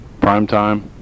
primetime